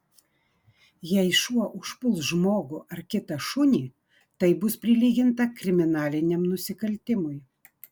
jei šuo užpuls žmogų ar kitą šunį tai bus prilyginta kriminaliniam nusikaltimui